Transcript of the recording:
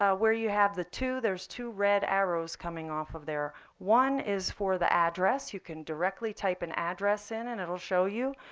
ah where you have the two, there's two red arrows coming off of there. one is for the address. you can directly type an address in, and it'll show you.